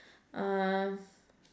uh